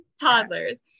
toddlers